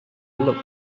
look